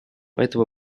этого